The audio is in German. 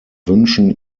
wünschen